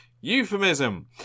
Euphemism